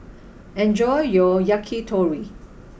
enjoy your Yakitori